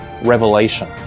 revelation